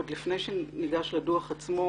עוד לפני שניגש לדוח עצמו,